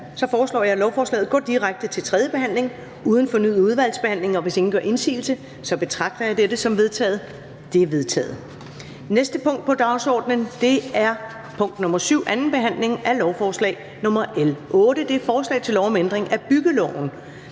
Jeg foreslår, at lovforslaget går direkte til tredje behandling uden fornyet udvalgsbehandling, og hvis ingen gør indsigelse, betragter jeg dette som vedtaget. Det er vedtaget. --- Det næste punkt på dagsordenen er: 14) 2. behandling af lovforslag nr. L 24: Forslag til lov om ændring af lov